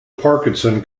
parkinson